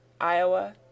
IOWA